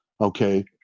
okay